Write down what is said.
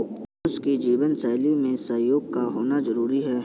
मनुष्य की जीवन शैली में सहयोग का होना जरुरी है